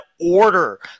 Order